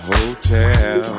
Hotel